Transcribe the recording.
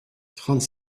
trente